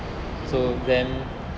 mmhmm